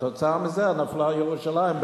וכתוצאה מזה נפלה ירושלים,